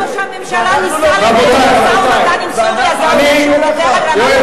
ראש הממשלה ניסה לנהל משא-ומתן עם סוריה.